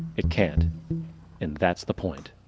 it can't and that's the point.